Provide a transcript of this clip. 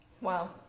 Wow